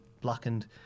blackened